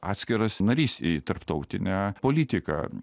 atskiras narys į tarptautinę politiką